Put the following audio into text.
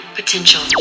potential